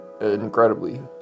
incredibly